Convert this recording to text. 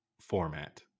format